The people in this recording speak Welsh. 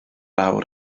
awr